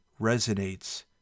resonates